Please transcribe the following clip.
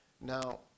Now